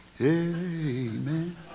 Amen